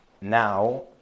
Now